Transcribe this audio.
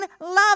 love